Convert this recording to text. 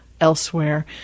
elsewhere